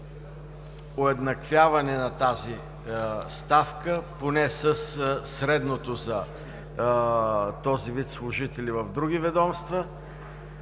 уеднаквяване на тази ставка, поне със средното за този вид служители в други ведомства.